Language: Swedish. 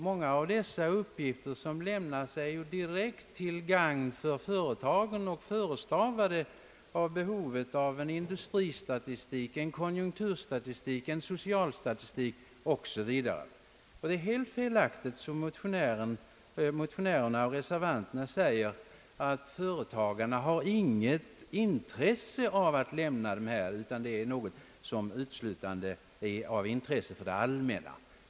Många av de uppgifter som lämnas är direkt till gagn för företaget och förestavade av behovet av industristatistik, konjunkturstatistik, socialstatistik m. m,. Det är sålunda helt felaktigt att som motionärerna och reservanterna säger att företagarna inte har något intresse av uppgifterna i fråga utan att dessa uteslutande är av intresse för det allmänna.